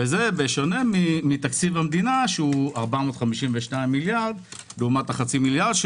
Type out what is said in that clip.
וזה בשונה מתקציב המדינה שהוא 452 מיליארד לעומת החצי מיליארד,